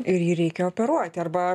ir jį reikia operuoti arba